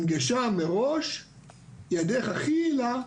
הנגשה מראש היא הדרך הכי יעילה,